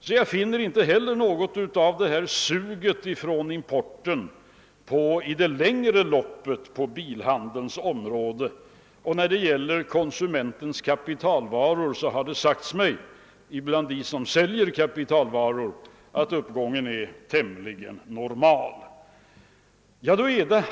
Jag finner alltså inte heller på bilhandelns område något speciellt sug från importen sett i längre perspektiv. När det gäller konsumentkapitalvaror har det sagts mig från försäljarhåll att uppgången är tämligen normal.